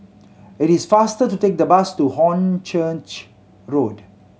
it is faster to take the bus to Hornchurch Road